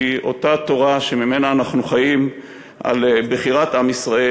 כי אותה תורה שממנה אנחנו חיים על בחירת עם ישראל,